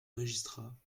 magistrats